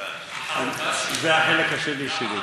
ידיעות חשובות,